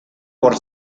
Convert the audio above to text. por